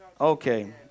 Okay